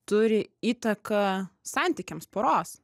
turi įtaką santykiams poros